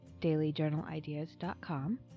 dailyjournalideas.com